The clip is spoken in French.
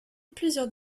plusieurs